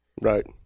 Right